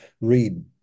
read